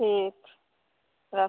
ठीक छै रखू